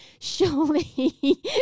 Surely